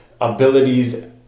abilities